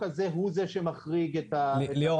הזה הוא זה שמחריג את ה --- ליאור,